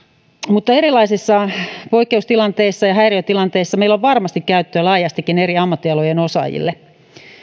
mutta erilaisissa poikkeustilanteissa ja häiriötilanteissa meillä on varmasti käyttöä laajastikin eri ammattialueen osaajille